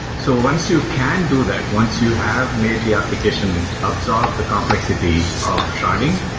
so once you can do that, once you have made the application absorb the complexity of sharding,